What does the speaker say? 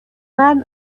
man